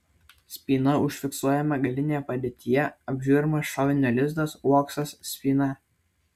spyna užfiksuojama galinėje padėtyje apžiūrimas šovinio lizdas uoksas spyna